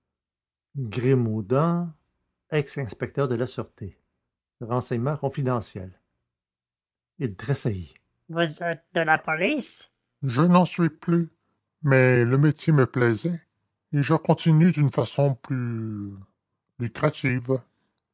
grimaudan ex inspecteur de la sûreté renseignements confidentiels il tressaillit vous êtes de la police je n'en suis plus mais le métier me plaisait et je continue d'une façon plus lucrative